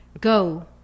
go